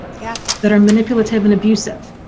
yeah. that are manipulative and abusive.